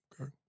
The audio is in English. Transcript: Okay